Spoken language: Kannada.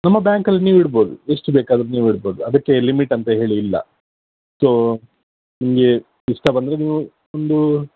ನಮ್ಮ ಬ್ಯಾಂಕಲ್ಲಿ ನೀವು ಇಡಬಹುದು ಎಷ್ಟು ಬೇಕಾದರೂ ನೀವು ಇಡಬಹುದು ಅದಕ್ಕೆ ಲಿಮಿಟ್ ಅಂತ ಹೇಳಿ ಇಲ್ಲ ಸೊ ನಿಮಗೆ ಇಷ್ಟ ಬಂದರೆ ನೀವು ಒಂದು